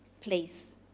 place